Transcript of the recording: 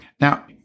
Now